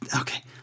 okay